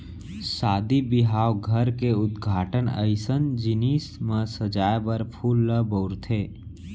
सादी बिहाव, घर के उद्घाटन अइसन जिनिस म सजाए बर फूल ल बउरथे